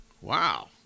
Wow